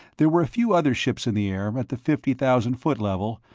there were a few other ships in the air at the fifty-thousand-foot level,